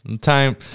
Time